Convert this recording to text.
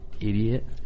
idiot